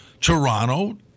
Toronto